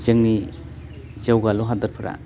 जोंनि जौगालु हादरफोरा